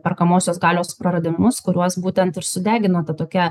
perkamosios galios praradimus kuriuos būtent ir sudegino ta tokia